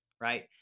Right